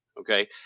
Okay